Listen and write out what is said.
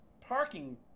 Parking